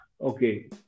Okay